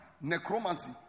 necromancy